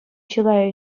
чылай